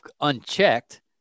unchecked